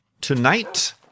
tonight